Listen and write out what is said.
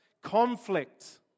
Conflict